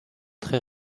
très